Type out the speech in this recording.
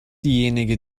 diejenige